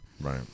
Right